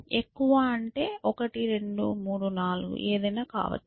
ఎక్కువ అంటే 1 2 3 4 ఏదైనా కావచ్చు